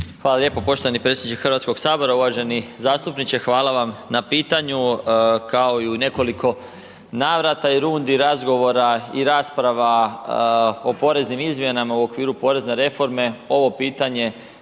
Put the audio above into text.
Hvala lijepo poštovani predsjedniče Hrvatskog sabora, uvaženi zastupniče, hvala vam na pitanju. Kao i u nekoliko navrata i rundi razgovora i rasprava o poreznim izmjenama u okviru porezne reforme, ovo pitanje